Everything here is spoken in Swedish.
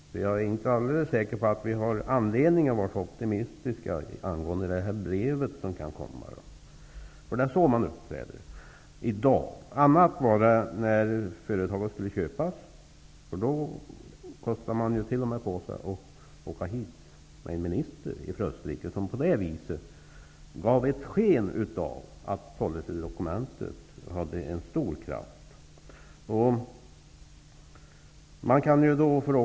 Jag är inte alldeles säker på att vi har anledning att vara optimistiska i fråga om det brev som skall komma. Det är så man uppträder i dag. Annat var det när företaget skulle köpas. Då kostade man t.o.m. på sig att åka till Hagfors, med en minister från Österrike. På det viset gav man sken av att policydokumentet hade stor kraft.